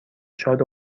شاد